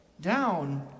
down